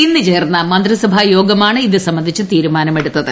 ഇന്ന് ചേർന്ന മന്ത്രി സഭാ യോഗമാണ് ഇത് സംബന്ധിച്ച് തീരുമാനമെടുത്തത്